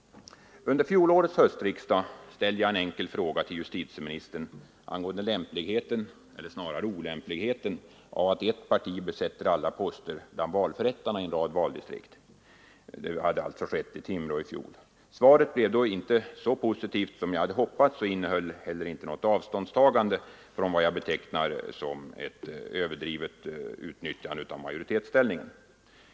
Under fjolårets höstriksdag ställde jag en enkel fråga till justitieministern angående lämpligheten, eller snarare olämpligheten, av att ett parti besätter alla poster bland valförrättarna i en rad valdistrikt, vilket hade skett i Timrå i fjol. Svaret blev då inte så positivt som jag hade hoppats och innehöll inte något avståndstagande från vad jag betecknar som ett överdrivet utnyttjande av majoritetsställningen.